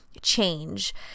change